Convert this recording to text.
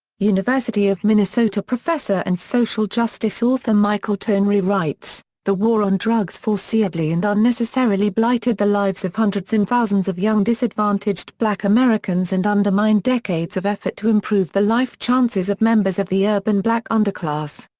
university of minnesota professor and social justice author michael tonry writes, the war on drugs foreseeably and unnecessarily blighted the lives of hundreds and thousands of young disadvantaged black americans and undermined decades of effort to improve the life chances of members of the urban black underclass.